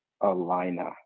Alina